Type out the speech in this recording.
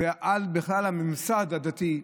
על הממסד הדתי,